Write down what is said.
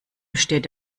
besteht